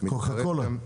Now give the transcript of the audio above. קוקה קולה?